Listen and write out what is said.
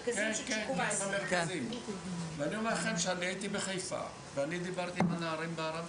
הייתי בחיפה ודיברתי עם הנערים בערבית.